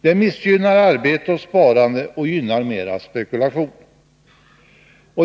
Det missgynnar arbete och sparande och gynnar mera spekulation.